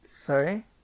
sorry